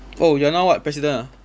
oh you are now what president ah